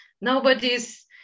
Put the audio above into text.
nobody's